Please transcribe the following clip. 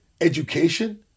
education